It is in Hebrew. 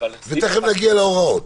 ותכף נגיע להוראות.